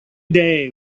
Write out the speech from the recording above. day